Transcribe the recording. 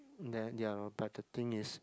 then ya lor but the things is